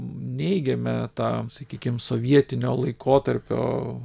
neigiame tą sakykim sovietinio laikotarpio